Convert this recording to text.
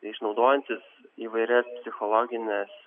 išnaudojantis įvairias psichologines